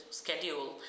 schedule